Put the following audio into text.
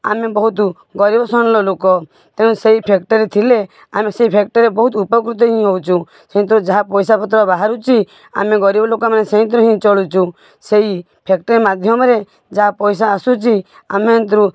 ଆମେ ବହୁତ ଗରିବ ଶ୍ରେଣୀର ଲୋକ ତେଣୁ ସେଇ ଫ୍ୟାକ୍ଟରୀ ଥିଲେ ଆମେ ସେଇ ଫ୍ୟାକ୍ଟରୀରେ ବହୁତ ଉପକୃତ ହିଁ ହେଉଛୁ କିନ୍ତୁ ଯାହା ପଇସାପତ୍ର ବାହାରୁଛି ଆମେ ଗରିବ ଲୋକମାନେ ସେଇଥିରେ ହିଁ ଚଳୁଛୁ ସେଇ ଫ୍ୟାକ୍ଟରୀ ମାଧ୍ୟମରେ ଯାହା ପଇସା ଆସୁଛି ଆମେ